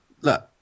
look